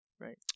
right